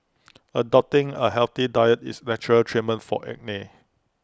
adopting A healthy diet is natural treatment for acne